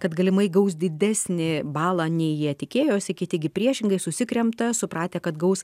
kad galimai gaus didesnį balą nei jie tikėjosi kiti gi priešingai susikremta supratę kad gaus